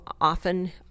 often